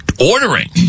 ordering